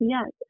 Yes